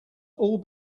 all